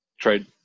trade